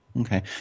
Okay